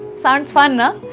sounds fun, ah